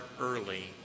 early